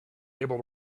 able